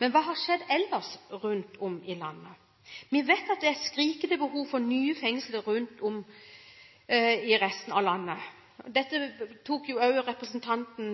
Men hva har skjedd ellers rundt om i landet? Vi vet at det er skrikende behov for nye fengsler rundt om i landet. Dette tok også representanten